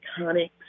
iconic